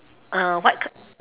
uh whit~